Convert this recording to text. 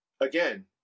Again